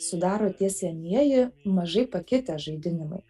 sudaro tie senieji mažai pakitę žaidinimai